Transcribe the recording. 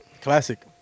Classic